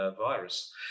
virus